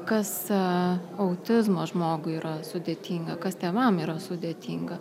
kas a autizmo žmogui yra sudėtinga kas tėvam yra sudėtinga